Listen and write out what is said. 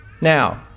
Now